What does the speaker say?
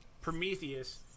Prometheus